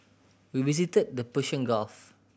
we visited the Persian Gulf